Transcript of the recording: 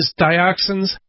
dioxins